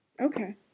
Okay